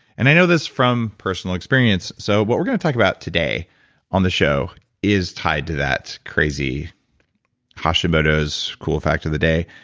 and i know this from personal experience. so what we're going to talk about today on the show is tied to that crazy hashimoto's cool fact of the day,